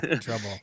Trouble